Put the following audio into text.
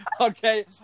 Okay